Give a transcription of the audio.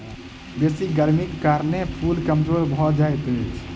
बेसी गर्मीक कारणें फूल कमजोर भअ जाइत अछि